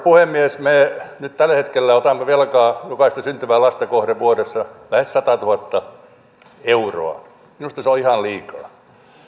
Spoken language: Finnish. puhemies me nyt tällä hetkellä otamme velkaa jokaista syntyvää lasta kohden vuodessa lähes satatuhatta euroa minusta se on ihan liikaa